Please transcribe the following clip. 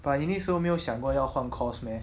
but 你那时候没有想过要换 course meh